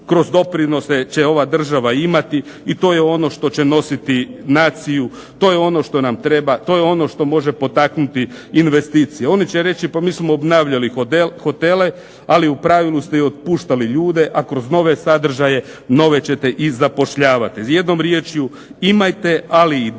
kroz doprinose će ova država imati i to je ono što će nositi naciju, to je ono što nam treba, to je ono što može potaknuti investicije. Oni će reći pa mi smo obnavljali hotele, ali u pravilu ste otpuštali ljude, a kroz nove sadržaje nove ćete i zapošljavati. Jednom riječju imajte, ali i dajte,